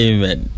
Amen